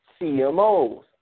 CMOs